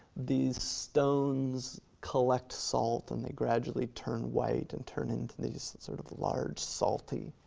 these stones collect salt and they gradually turn white and turn into these sort of large salty